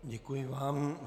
Děkuji vám.